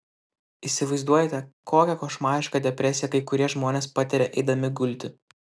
įsivaizduojate kokią košmarišką depresiją kai kurie žmonės patiria eidami gulti